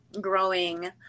growing